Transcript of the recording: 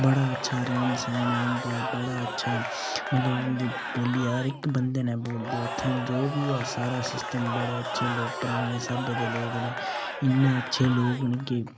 बड़ा अच्छा रैह्न सैह्न ऐ उं'दा बड़ा अच्छा मतलब उं'दी बोल्ली हर इक्क बंदे ने बोलदे उत्थै जो बी ऐ सारा सिस्टम बड़े अच्छे लोग पराने स्हाबै दे लोग न इन्ने अच्छे लोग न कि